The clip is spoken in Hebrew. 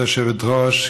כבוד היושבת-ראש,